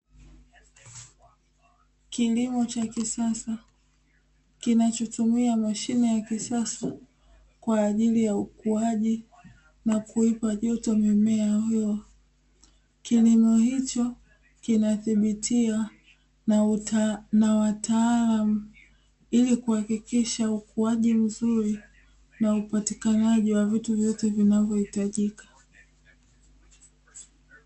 kilimo cha kisasa kinachotumia mashine ya kisasa kwajili ya ukuaji na kuipa joto mimea hiyo, kilimo hicho kinadhibitiwa na wataalamu ili kuhakikisha ukuaji mzuri na upatikanaji wa vitu vyote vinavyohitajika.